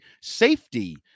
safety